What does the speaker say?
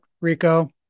Rico